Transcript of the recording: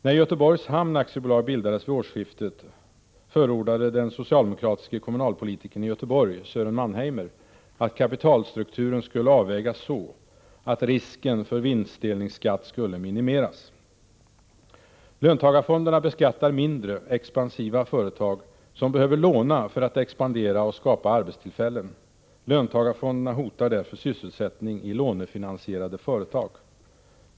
När Göteborgs Hamn AB bildades vid årsskiftet, förordade den socialdemokratiske kommunalpolitikern i Göteborg Sören Mannheimer att Löntagarfonderna beskattar mindre, expansiva företag, som behöver låna 6juni 1985 för att expandera och skapa arbetstillfällen. Löntagarfonderna hotar därför sysselsättningen i lånefinansierade företag.